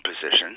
position